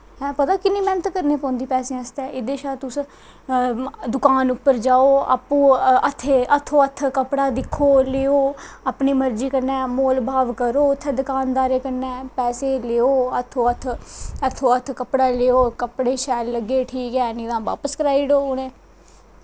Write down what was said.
पता किन्नी मैह्नत करनी पौंदी पैसें आस्तै एह्दे शा तुस दुकान उप्पर जाओ हत्थो हत्थ कपड़ा दिक्खो लेओ अपनी मर्जी कन्नै मोल भाव करो उत्थेै दकानदारे कन्नै पैसे लेओ हत्थो हत्थ कपड़े शैल लग्गे तां ठीक ऐ नेईं तां बापस करी ओड़ो